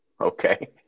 okay